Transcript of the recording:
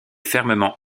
fermement